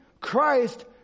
Christ